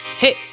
hey